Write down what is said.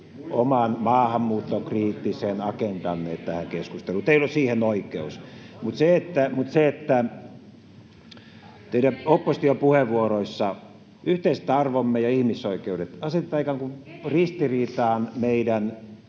oman maahanmuuttokriittisen agendanne tähän keskusteluun. Teillä on siihen oikeus. Mutta siitä, että teidän oppositiopuheenvuoroissanne yhteiset arvomme ja ihmisoikeudet [Leena Meri: Kenen ihmisoikeudet?]